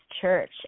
church